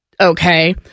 okay